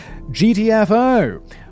GTFO